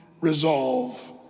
resolve